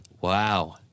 Wow